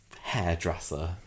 hairdresser